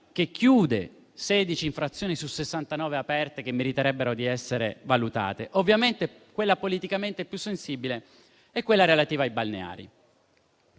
che chiude 16 infrazioni su 69 aperte, che meriterebbero di essere valutate. Ovviamente quella politicamente più sensibile è quella relativa ai balneari.